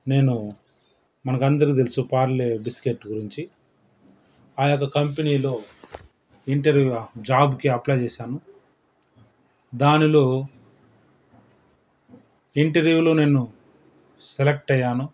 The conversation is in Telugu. నేను మనకందరికీ తెలుసు పార్లే బిస్కెట్ గురించి ఆ యొక్క కంపెనీలో ఇంటర్వ్యూలో జాబ్కి అప్లై చేశాను దానిలో ఇంటర్వ్యూలో నేను సెలెక్ట్ అయ్యాను